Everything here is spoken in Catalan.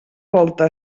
volta